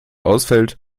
ausfällt